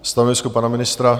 Stanovisko pana ministra?